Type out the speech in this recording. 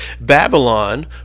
Babylon